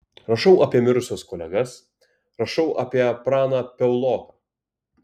rašau apie mirusius kolegas rašau apie praną piauloką